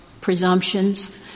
presumptions—